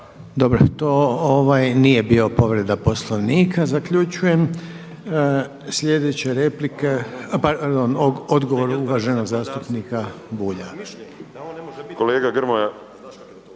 Dobro to nije bila povreda Poslovnika zaključujem. Sljedeća replika, pardon odgovor uvaženog zastupnika Bulja.